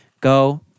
Go